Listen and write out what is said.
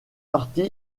partie